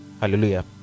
hallelujah